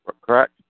correct